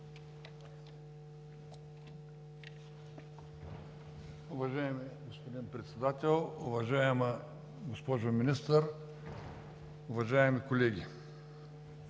Уважаеми господин Председател, уважаема госпожо Министър, уважаеми колеги!